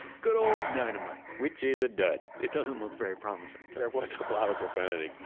good old dynamite! which is a dud it doesn't look very promising there was lots of profanity.